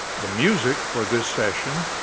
the music for this session,